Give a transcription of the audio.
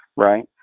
right?